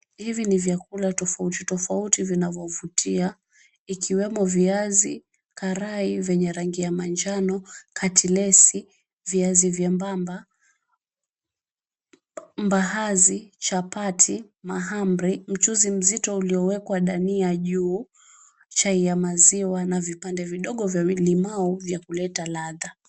Hivi ni vyakula tofauti tofauti vinavyovutia. Ikiwemo viazi karai venye rangi ya manjano, katilesi, viazi vyembamba, mbaazi, chapati, mahamri, mchuzi mzito uliowekwa dania juu, chai ya maziwa na vipande vidogo vya limau vya kuleta ladha.